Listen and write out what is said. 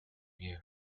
air